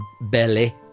belly